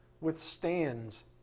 withstands